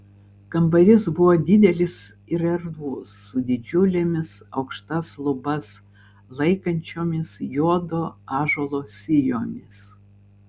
kambarys buvo didelis ir erdvus su didžiulėmis aukštas lubas laikančiomis juodo ąžuolo sijomis